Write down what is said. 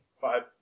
Five